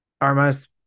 Armas